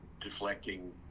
deflecting